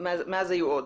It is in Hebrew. מאז היו עוד.